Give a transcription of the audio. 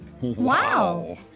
Wow